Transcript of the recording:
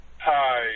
Hi